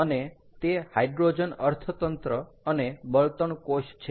અને તે હાઈડ્રોજન અર્થતંત્ર અને બળતણ કોષ છે